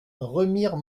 remire